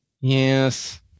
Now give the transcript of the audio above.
yes